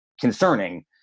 concerning